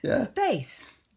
Space